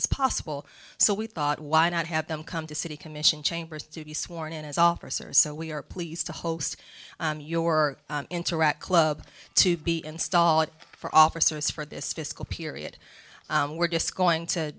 as possible so we thought why not have them come to city commission chambers to be sworn in as officers so we are pleased to host your interact club to be installed for officers for this fiscal period we're just going to